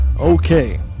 Okay